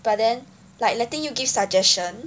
but then like letting you give suggestion